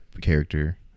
character